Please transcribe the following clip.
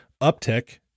uptick